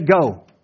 go